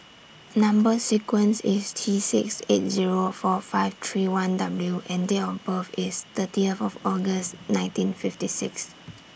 Number sequence IS T six eight Zero four five three one W and Date of birth IS thirty of August nineteen fifty six